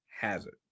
hazard